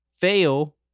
fail